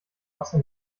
kasse